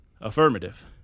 Affirmative